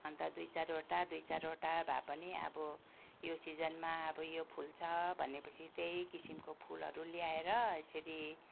अन्त दुई चारवटा दुई चारवटा भए पनि अब यो सिजनमा अब यो फुल्छ भने पछि त्यही किसिमको फुलहरू ल्याएर यसरी